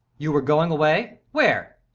you were going away? where?